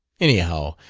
anyhow,